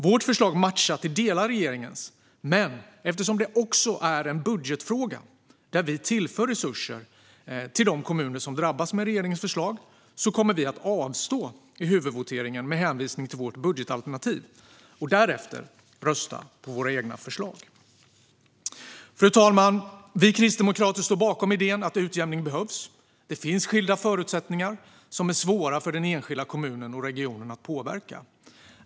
Vårt förslag matchar till delar regeringens, men eftersom det också är en budgetfråga där vi tillför resurser till de kommuner som drabbas med regeringens förslag kommer vi att avstå i huvudvoteringen med hänvisning till vårt budgetalternativ och därefter rösta på våra egna förslag. Fru talman! Vi kristdemokrater står bakom idén om att utjämning behövs. Det finns skilda förutsättningar som är svåra för den enskilda kommunen och regionen att påverka.